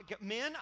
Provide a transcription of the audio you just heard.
Men